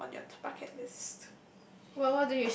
be on your bucket list